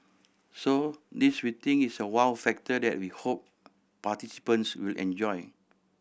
so this we think is a wow factor that we hope participants will enjoy